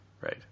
right